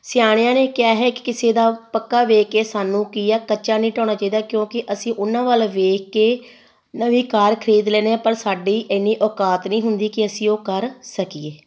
ਸਿਆਣਿਆਂ ਨੇ ਕਿਹਾ ਹੈ ਕਿ ਕਿਸੇ ਦਾ ਪੱਕਾ ਵੇਖ ਕੇ ਸਾਨੂੰ ਕੀ ਆ ਕੱਚਾ ਨਹੀਂ ਢਾਉਣਾ ਚਾਹੀਦਾ ਕਿਉਂਕਿ ਅਸੀਂ ਉਹਨਾਂ ਵੱਲ ਵੇਖ ਕੇ ਨਵੀਂ ਕਾਰ ਖਰੀਦ ਲੈਂਦੇ ਹਾਂ ਪਰ ਸਾਡੀ ਇੰਨੀ ਔਕਾਤ ਨਹੀਂ ਹੁੰਦੀ ਕਿ ਅਸੀਂ ਉਹ ਕਰ ਸਕੀਏ